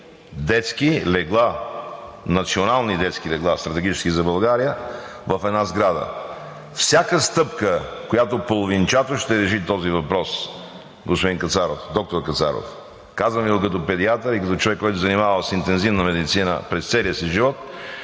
всички национални детски легла, стратегически за България, в една сграда? Всяка стъпка, която половинчато ще реши този въпрос, господин Кацаров, доктор Кацаров – казвам Ви го като педиатър и като човек, който се е занимавал с интензивна медицина през целия си живот,